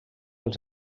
als